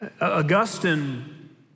Augustine